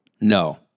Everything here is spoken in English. No